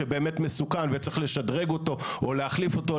שבאמת מסוכן וצריך לשדרג אותו או להחליף אותו,